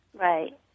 Right